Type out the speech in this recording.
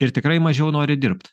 ir tikrai mažiau nori dirbt